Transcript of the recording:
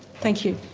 thank you.